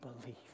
believe